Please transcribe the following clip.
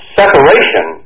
separation